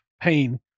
pain